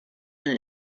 and